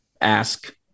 ask